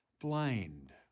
blind